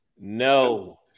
no